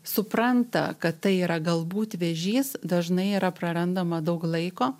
supranta kad tai yra galbūt vėžys dažnai yra prarandama daug laiko